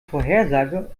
vorhersage